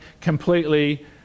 completely